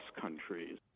countries